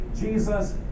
Jesus